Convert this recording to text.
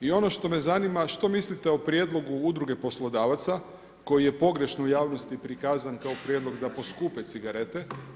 I ono što me zanima što mislite o prijedlogu Udruge poslodavaca koji je pogrešno u javnosti prikazan kao prijedlog da poskupe cigarete.